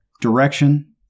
direction